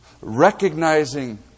recognizing